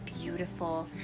beautiful